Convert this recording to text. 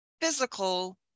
physical